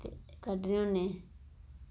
ते कड्ढने होन्ने